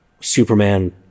Superman